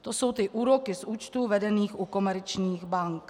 To jsou úroky z účtů vedených u komerčních bank.